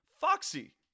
Foxy